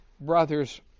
brothers